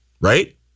right